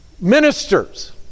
Ministers